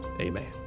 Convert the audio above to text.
Amen